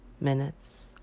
Minutes